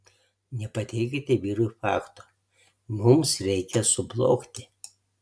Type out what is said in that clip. nepateikite vyrui fakto mums reikia sublogti